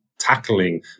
tackling